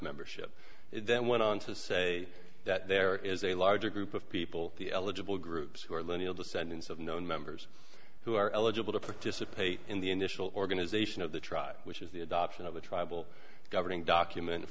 membership then went on to say that there is a larger group of people the eligible groups who are lineal descendants of known members who are eligible to participate in the initial organization of the tribe which is the adoption of the tribal governing document